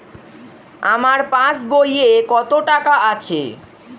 আমার পাস বইয়ে কত টাকা আছে?